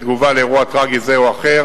בתגובה לאירוע טרגי זה או אחר